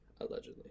Allegedly